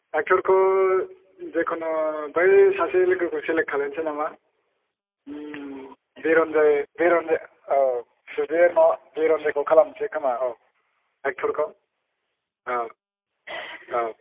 एक्ट'रखौ जेखुनु बै सासे लोगोखौ सेलेक्ट खालामनिसै नामा बिरन्जय औ बिरन्जयखौनो खालामनिसै खोमा एक्ट'रखौ औ औ